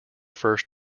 first